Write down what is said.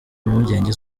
impungenge